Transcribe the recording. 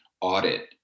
audit